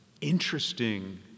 interesting